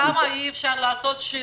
למה אי אפשר לעשות שילוב,